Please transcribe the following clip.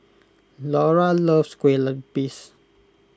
Laura loves Kue Lupis